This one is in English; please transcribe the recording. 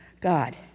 God